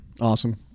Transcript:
awesome